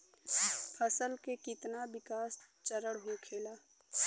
फसल के कितना विकास चरण होखेला?